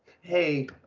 Hey